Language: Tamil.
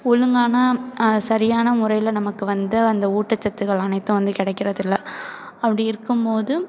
ஒழுங்கான சரியான முறையில் நமக்கு வந்து அந்த ஊட்டச்சத்துக்கள்லாம் அனைத்தும் வந்து கிடைக்கிறதில்ல அப்படியிருக்கும் போது